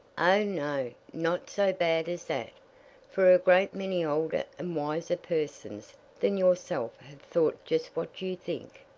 o, no not so bad as that for a great many older and wiser persons than yourself have thought just what you think.